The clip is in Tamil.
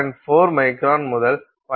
4 மைக்ரான் முதல் 0